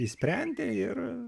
išsprendė ir